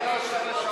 כי אחרת,